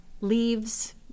leaves